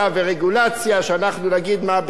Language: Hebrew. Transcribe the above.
שאנחנו נגיד במה בית-הספר לא בסדר,